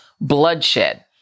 bloodshed